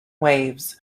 waves